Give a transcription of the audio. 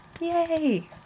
Yay